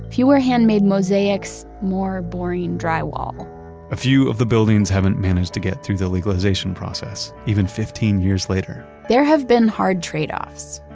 fewer handmade mosaics, more boring drywall a few of the buildings haven't managed to get through the legalization process, even fifteen years later there have been hard trade-offs.